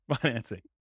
financing